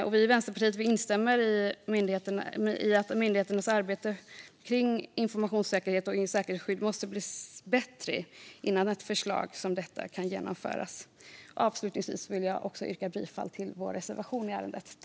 Vi i Vänsterpartiet instämmer i att myndigheternas arbete kring informationssäkerhet och säkerhetsskydd måste bli bättre innan ett förslag som detta kan genomföras. Jag vill avslutningsvis yrka bifall till vår reservation i ärendet.